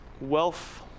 wealth